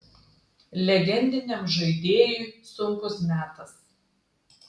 legendiniam žaidėjui sunkus metas